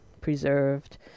preserved